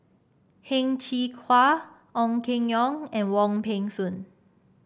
Heng Cheng Hwa Ong Keng Yong and Wong Peng Soon